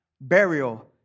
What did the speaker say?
burial